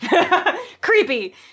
creepy